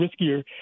riskier